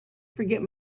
forget